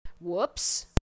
whoops